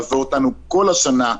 שמלווה אותנו כל השנה,